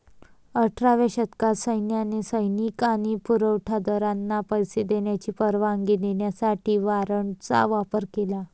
अठराव्या शतकात सैन्याने सैनिक आणि पुरवठा दारांना पैसे देण्याची परवानगी देण्यासाठी वॉरंटचा वापर केला